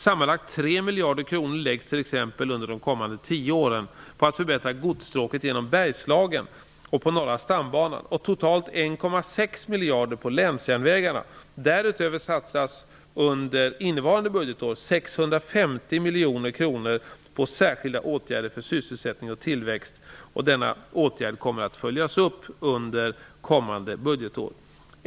Sammanlagt 3 miljarder kronor läggs t.ex. under de kommande tio åren på att förbättra godsstråket genom miljarder på länsjärnvägarna. Därutöver satsas under innevarande budgetår 650 miljoner kronor på särskilda åtgärder för sysselsättning och tillväxt. Denna åtgärd kommer att följas upp under kommande budgetår.